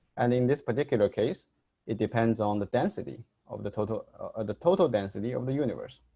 and in this particular case it depends on the density of the total the total density of the universe.